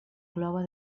clova